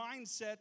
mindset